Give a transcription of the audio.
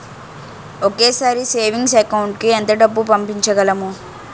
ఒకేసారి savings account కి ఎంత డబ్బు పంపించగలము?